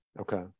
Okay